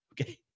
Okay